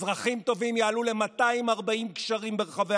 אזרחים טובים יעלו ל-240 גשרים ברחבי